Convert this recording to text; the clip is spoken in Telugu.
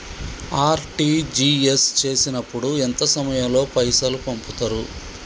ఆర్.టి.జి.ఎస్ చేసినప్పుడు ఎంత సమయం లో పైసలు పంపుతరు?